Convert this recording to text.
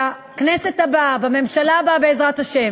כדי שבכנסת הבאה, בממשלה הבאה, בעזרת השם,